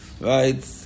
right